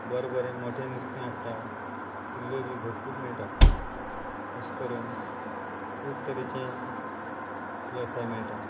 बरे बरे मोठें नुस्तें हाडटा कुल्ल्यो बी भरपूर मेळटा अशें करून खूब तरेचे वेवसाय मेळटा